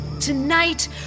Tonight